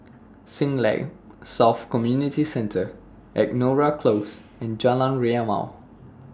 Siglap South Community Centre Angora Close and Jalan Rimau